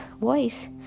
voice